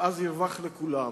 ואז ירווח לכולם